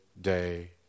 day